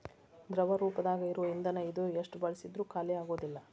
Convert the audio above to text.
ದ್ರವ ರೂಪದಾಗ ಇರು ಇಂದನ ಇದು ಎಷ್ಟ ಬಳಸಿದ್ರು ಖಾಲಿಆಗುದಿಲ್ಲಾ